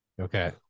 Okay